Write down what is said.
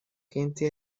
quintí